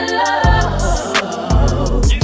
love